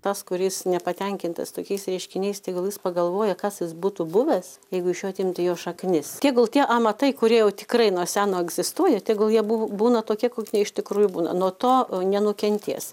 tas kuris nepatenkintas tokiais reiškiniais tegul jis pagalvoja kas jis būtų buvęs jeigu iš jo atimti jo šaknis tegul tie amatai kurie jau tikrai nuo seno egzistuoja tegul jie buvo būna tokie kokie iš tikrųjų būna nuo to nenukentės